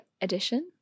edition